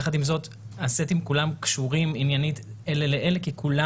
יחד עם זאת הסטים כולם קשורים עניינית אלה לאלה כי כולם